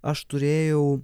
aš turėjau